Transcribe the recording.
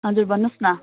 हजुर भन्नुहोस् न